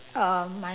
uh my